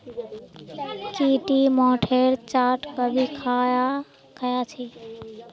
की टी मोठेर चाट कभी ख़या छि